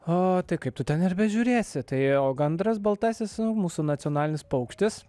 o tai kaip tu ten ir bežiūrėsi tai o gandras baltasis mūsų nacionalinis paukštis